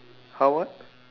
how what